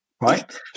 Right